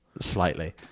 slightly